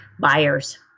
buyers